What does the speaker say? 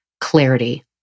clarity